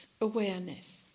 awareness